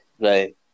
Right